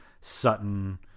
Sutton –